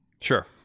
Sure